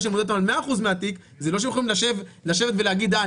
שאני מודד אותם על 100% זה לא שהם יכולים לשבת ולהגיד: אה,